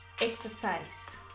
exercise